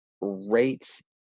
rate